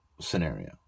scenario